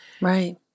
Right